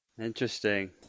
Interesting